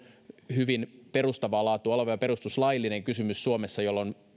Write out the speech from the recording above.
hyvin perustavaa laatua oleva ja perustuslaillinen kysymys suomessa jolloin